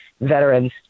veterans